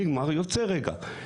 נגמר יוצא רגע.